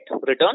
return